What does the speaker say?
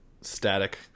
static